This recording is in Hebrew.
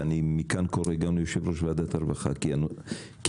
ואני מכאן קורא גם ליושב ראש ועדת הרווחה כי גם